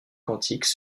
quantiques